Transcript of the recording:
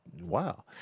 wow